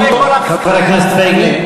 תן לי להשלים.